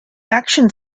action